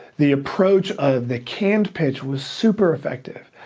the approach of the canned pitch was super effective.